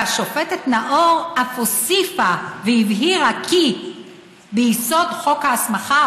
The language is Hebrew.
השופטת נאור אף הוסיפה והבהירה כי ביסוד חוק ההסמכה,